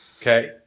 Okay